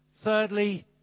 Thirdly